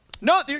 No